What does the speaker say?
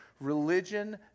religion